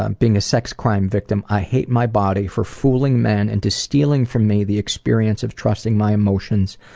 um being a sex crime victim, i hate my body for fooling men into stealing from me the experience of trusting my emotions,